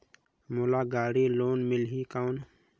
मोला गाड़ी लोन मिलही कौन?